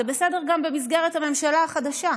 זה בסדר גם במסגרת הממשלה החדשה.